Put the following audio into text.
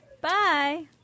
Bye